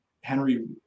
Henry